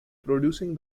producing